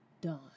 done